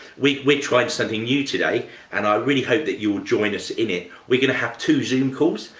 we're we're trying something new today and i really hope that you'll join us in it. we're going to have two zoom calls.